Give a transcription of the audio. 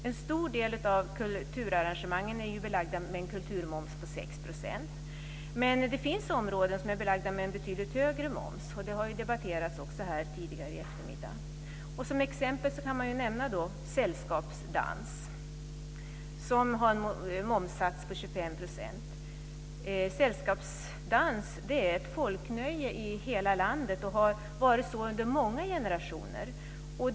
En stor del av kulturarrangemangen är belagd med en kulturmoms på 6 %. Men det finns områden som är belagda med en betydligt högre moms. Det har också debatterats här tidigare i eftermiddag. Som exempel kan man nämna sällskapsdans som har en momssats på 25 %. Sällskapsdans är ett folknöje i hela landet och har varit så under många generationer.